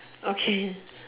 okay